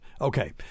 Okay